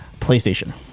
PlayStation